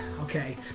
okay